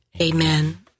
Amen